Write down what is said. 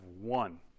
one